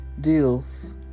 deals